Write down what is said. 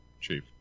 Chief